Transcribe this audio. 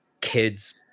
kids